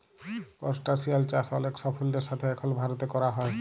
করসটাশিয়াল চাষ অলেক সাফল্যের সাথে এখল ভারতে ক্যরা হ্যয়